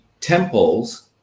temples